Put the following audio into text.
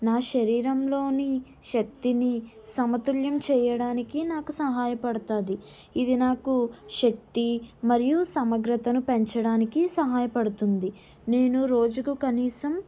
నా శరీరంలోని శక్తిని సమతుల్యం చేయడానికి నాకు సహాయ పడుతుంది ఇది నాకు శక్తి మరియు సమగ్రతను పెంచడానికి సహాయపడుతుంది నేను రోజుకు కనీసం